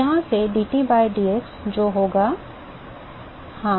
यहाँ से dT by dx जो होगा हां